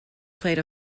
played